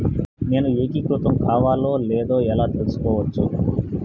నేను ఏకీకృతం కావాలో లేదో ఎలా తెలుసుకోవచ్చు?